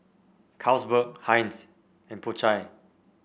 Carlsberg Heinz and Po Chai